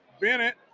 Bennett